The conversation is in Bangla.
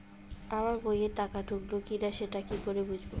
আমার বইয়ে টাকা ঢুকলো কি না সেটা কি করে বুঝবো?